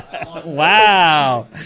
wow.